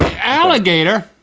alligator,